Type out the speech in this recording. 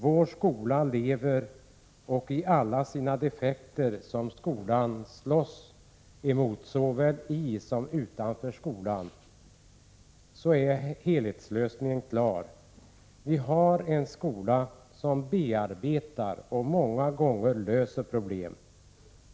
Vår skola lever, och med alla de defekter som skolan slåss emot såväl i som utanför skolan är helhetsbedömningen klar — vi har en skola som bearbetar och många gånger löser problem.